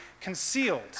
concealed